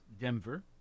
Denver